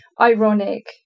ironic